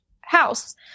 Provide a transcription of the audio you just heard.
House